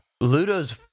Ludo's